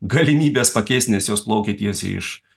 galimybės pakeist nes jos plaukia tiesiai iš